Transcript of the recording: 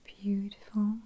beautiful